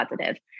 positive